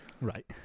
right